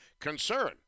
concern